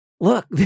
Look